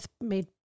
made